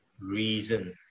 reason